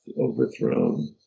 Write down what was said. Overthrown